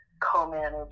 co-manage